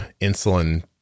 insulin